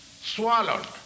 swallowed